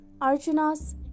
Arjuna's